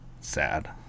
sad